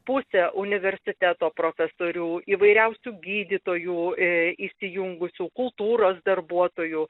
pusę universiteto profesorių įvairiausių gydytojų įsijungusių kultūros darbuotojų